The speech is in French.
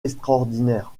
extraordinaires